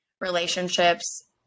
relationships